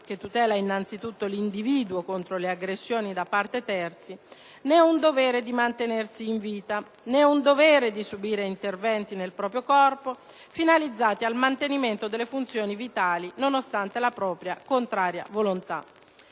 (che tutela innanzitutto l'individuo contro le aggressioni da parte di terzi) né un dovere di mantenersi in vita, né un dovere di subire interventi nel proprio corpo finalizzati al mantenimento delle funzioni vitali, nonostante la propria contraria volontà.